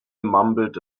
mumbled